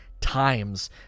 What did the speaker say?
times